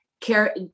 care